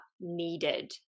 needed